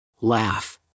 Laugh